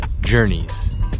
journeys